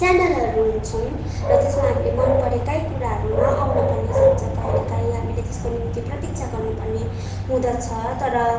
च्यानलहरू हुन्छन् र त्यसमा हामीले मनपरेकै कुराहरू नआउन पनि सक्छ कहिलेकाहीँ त्यसको निम्ति हामीले प्रतीक्षा गर्नुपर्ने हुँदछ तर